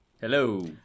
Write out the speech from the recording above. Hello